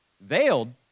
veiled